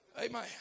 Amen